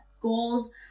goals